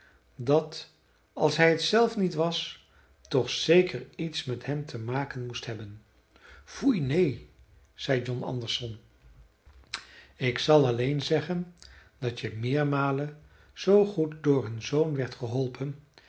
dat als hij t zelf niet was toch zeker iets met hem te maken moest hebben foei neen zei jon andersson ik zal alleen zeggen dat je meermalen zoo goed door hun zoon werd geholpen